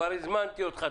כבר הזמנתי אותך,